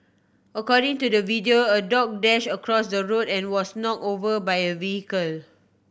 according to the video a dog dashed across the road and was knocked over by a vehicle